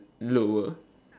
lower